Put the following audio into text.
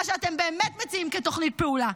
מה שאתם באמת מציעים כתוכנית פעולה,